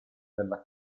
della